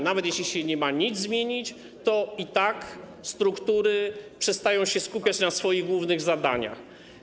Nawet jeśli nic nie ma się zmienić, to i tak struktury przestają się skupiać na swoich głównych zadaniach.